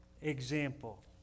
Example